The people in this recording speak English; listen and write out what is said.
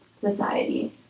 society